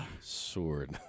Sword